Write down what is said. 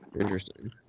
Interesting